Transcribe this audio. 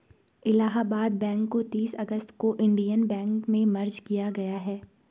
Allahabad bank को तीस अगस्त को इन्डियन बैंक में मर्ज किया गया है